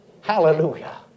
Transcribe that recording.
Hallelujah